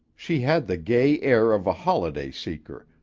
she had the gay air of a holiday-seeker,